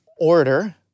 order